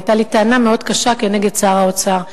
היתה לי טענה מאוד קשה כנגד שר האוצר,